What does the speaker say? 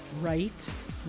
right